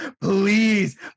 Please